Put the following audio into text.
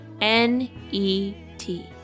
N-E-T